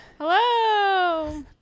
Hello